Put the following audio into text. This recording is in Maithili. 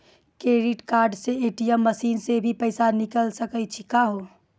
क्रेडिट कार्ड से ए.टी.एम मसीन से भी पैसा निकल सकै छि का हो?